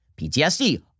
PTSD